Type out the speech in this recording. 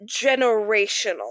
generational